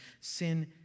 Sin